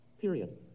Period